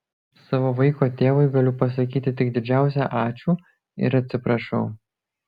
savo vaiko tėvui galiu pasakyti tik didžiausią ačiū ir atsiprašau